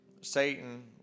satan